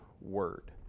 word